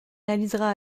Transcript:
réalisera